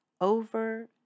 Over